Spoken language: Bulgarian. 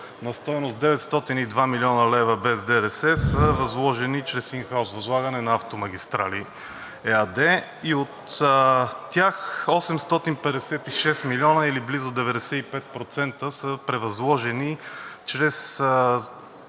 на стойност 902 млн. лв. без ДДС са възложени чрез ин хаус възлагане на „Автомагистрали“ ЕАД и от тях 856 милиона, или близо 95%, са превъзложени чрез